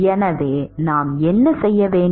எனவே நாம் என்ன செய்ய வேண்டும்